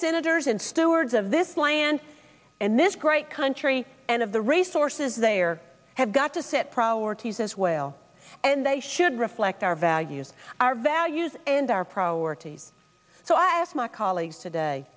senators and stewards of this land and this great country and of the resources they are have got to set priorities as well and they should reflect our values our values and our priorities so i have my colleagues today